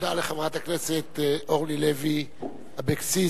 תודה לחברת הכנסת אורלי לוי אבקסיס.